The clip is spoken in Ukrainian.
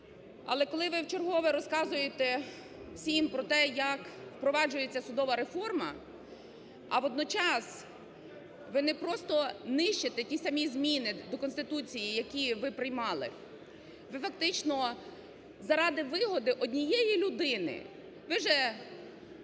Але коли ви вчергове розказуєте всім про те, як впроваджується судова реформа, а водночас ви не просто нищите ті самі зміни до Конституції, які ви приймали, ви фактично заради вигоди однієї людини ви вже